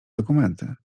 dokumenty